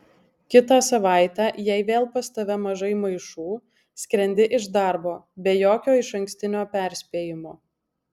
kitą savaitę jei vėl pas tave mažai maišų skrendi iš darbo be jokio išankstinio perspėjimo